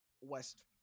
West